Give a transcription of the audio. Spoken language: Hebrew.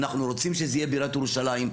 אנחנו רוצים שזה יהיה בירת ירושלים.